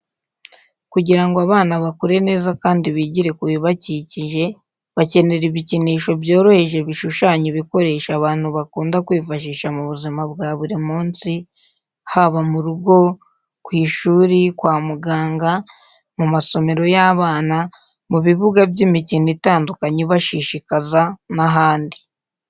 Kugira ngo abana bakure neza kandi bigire ku bibakikije, bakenera ibikinisho byoroheje bishushanya ibikoresho abantu bakunda kwifashisha mu buzima bwa buri munsi; haba mu rugo, ku ishuri, kwa muganga, mu masomero y'abana, mu bibuga by'imikino itandukanye ibashishikaza n'ahandi.